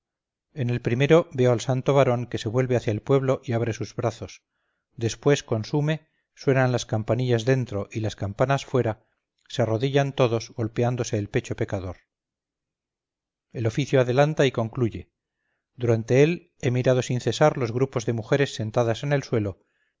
en el primero veo al santo varón que se vuelve hacia el puebloy abre sus brazos después consume suenan las campanillas